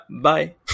bye